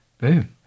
boom